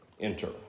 enter